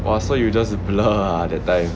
!wah! so you just blur ah that time